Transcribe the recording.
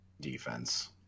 defense